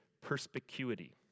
perspicuity